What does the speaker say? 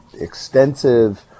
extensive